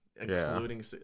Including